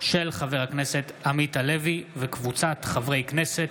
של חבר הכנסת עמית הלוי וקבוצת חברי הכנסת.